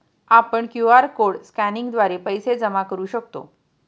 आपण QR code स्कॅनिंगद्वारे पैसे जमा करू शकतो